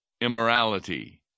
immorality